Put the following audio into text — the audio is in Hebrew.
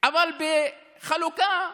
אבל בחלוקה,